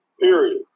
Period